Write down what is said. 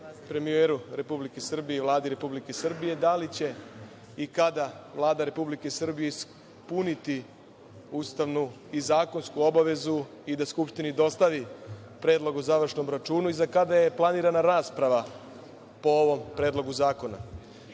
premijeru Republike Srbije i Vladi Republike Srbije da li će i kada Vlada Republike Srbije ispuniti ustavnu i zakonsku obavezu i da Skupštini dostavi predlog o završnom računu i za kada je planirana rasprava po ovom predlogu zakona? Zašto